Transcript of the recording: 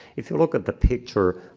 if you look at the picture